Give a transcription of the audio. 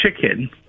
chicken